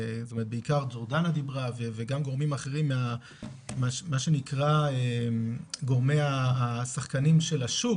בעיקר ג'ורדנה דיברה וגם גורמים אחרים ממה שנקרא גורמי השחקנים של השוק